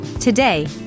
Today